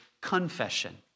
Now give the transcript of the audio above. confession